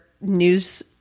news